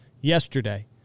yesterday